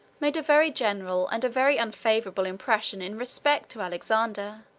made a very general and a very unfavorable impression in respect to alexander